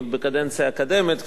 עוד בקדנציה הקודמת,